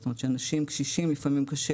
זאת אומרת שלאנשים קשישים לפעמים קשה